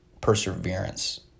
perseverance